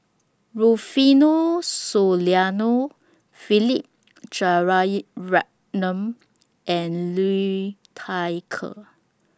Rufino Soliano Philip and Liu Thai Ker